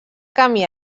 camí